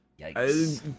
Yikes